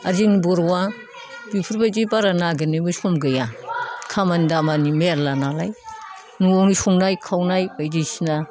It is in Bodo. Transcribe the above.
आरो जों बर'आ बिफोरबायदि बारा नागिरनो सम गैया खामानि दामानि मेल्ला नालाय न'आवनो संनाय खावनाय बायदिसिना